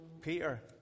Peter